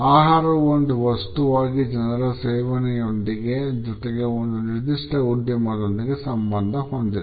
ಆಹಾರವು ಒಂದು ವಸ್ತುವಾಗಿ ಜನರ ಸೇವನೆಯೊಂದಿಗೆ ಜೊತೆಗೆ ಒಂದು ನಿರ್ದಿಷ್ಟ ಉದ್ಯಮದೊಂದಿಗೆ ಸಂಬಂಧ ಹೊಂದಿದೆ